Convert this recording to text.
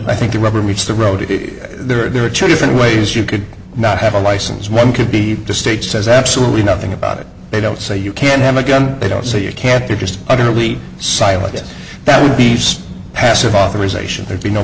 i think the rubber meets the road it is there are two different ways you could not have a license one could be the state says absolutely nothing about it they don't say you can't have a gun they don't say you can't they're just utterly silent it that beast passive authorisation there be no